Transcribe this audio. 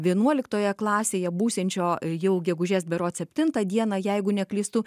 vienuoliktoje klasėje būsiančio jau gegužės berods septintą dieną jeigu neklystu